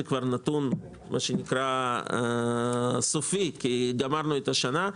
וזה כבר נתון סופי כי גמרנו את השנה,